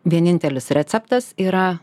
vienintelis receptas yra